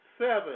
seven